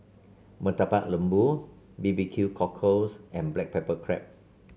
Murtabak Lembu B B Q Cockles and Black Pepper Crab